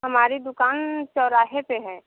हमारी दुकान चौराहे पर है